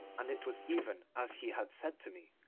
and it was even as he had said to me.